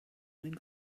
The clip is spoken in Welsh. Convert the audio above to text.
mwyn